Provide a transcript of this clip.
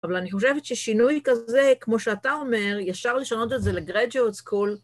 ‫אבל אני חושבת ששינוי כזה, ‫כמו שאתה אומר, ‫ישר לשנות את זה לגרדיות סקול.